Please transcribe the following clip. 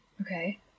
Okay